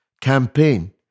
campaign